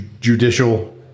judicial